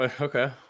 Okay